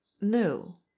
No